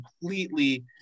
completely